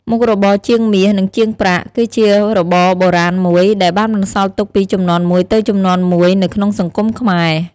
មុខរបរជាងមាស និងជាងប្រាក់ គឺជារបរបុរាណមួយ ដែលបានបន្សល់ទុកពីជំនាន់មួយទៅជំនាន់មួយនៅក្នុងសង្គមខ្មែរ។